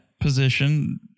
position